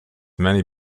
many